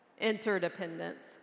interdependence